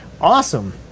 awesome